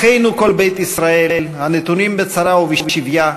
אחינו כל בית ישראל הנתונים בצרה ובשביה,